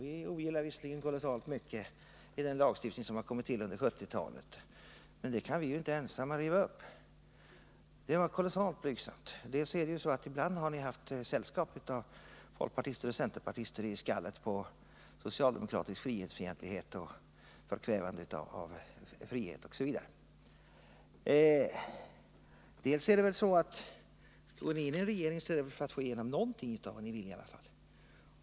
Vi ogillar visserligen kolossalt mycket i den lagstiftning som har kommit till under 1970-talet, men den kan vi ju inte ensamma riva upp. Det var kolossalt blygsamt! Ibland har ni ju haft sällskap av centerpartister och folkpartister i skallet på socialdemokratisk frihetsfientlighet och förkvävande av den enskilde. Och går ni in i en regering så är det väl för att i alla fall få igenom någonting av det ni vill!